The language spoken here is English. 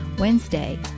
Wednesday